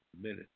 minute